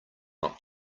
not